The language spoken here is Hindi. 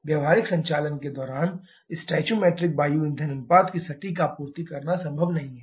व्यावहारिक संचालन के दौरान स्टोइकोमेट्रिक वायु ईंधन अनुपात की सटीक आपूर्ति करना संभव नहीं है